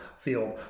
field